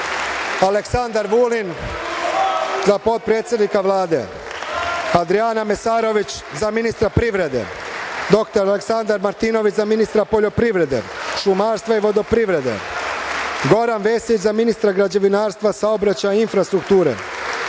Aleksandar Vulin, za potpredsednika Vlade, Adrijana Mesarović, za ministra privrede; dr Aleksandar Martinović, za ministra poljoprivrede, šumarstva i vodoprivrede; Goran Vesić, za ministra građevinarstva, saobraćaja i infrastrukture;